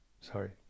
sorry